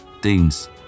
Deans